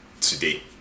today